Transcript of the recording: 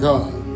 God